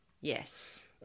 Yes